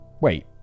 wait